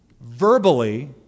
verbally